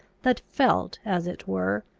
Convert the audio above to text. that felt, as it were,